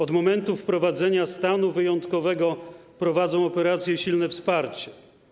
Od momentu wprowadzenia stanu wyjątkowego prowadzą operację „Silne wsparcie”